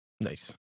Nice